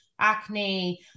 acne